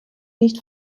nicht